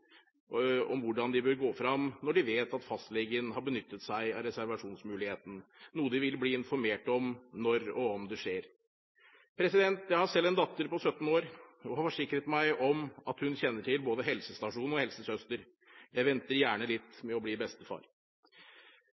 om hvordan de bør gå frem, når de vet at fastlegen har benyttet seg av reservasjonsmuligheten – noe de vil bli informert om når og om det skjer. Jeg har selv en datter på 17 år og har forsikret meg om at hun kjenner til både helsestasjon og helsesøster. Jeg venter gjerne litt med å bli